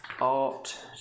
art